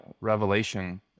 Revelation